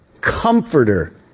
comforter